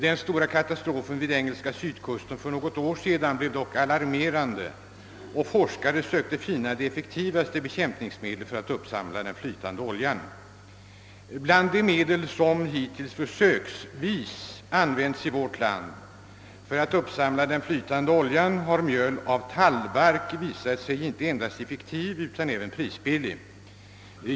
Den stora katastrofen vid den engelska sydkusten för något år sedan blev dock alarmerande, och forskare sökte finna de effektivaste bekämpningsmedlen för att uppsamla den flytande oljan. Bland de medel som hittills försöksvis använts i vårt land för att uppsamla den flytande oljan har mjöl av tallbark visat sig inte endast effektivt utan även prisbilligt.